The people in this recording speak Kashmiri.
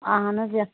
اہن حظ یَتھ